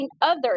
others